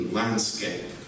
landscape